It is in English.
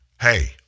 hey